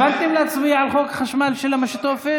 התכוונתם להצביע על חוק החשמל של המשותפת?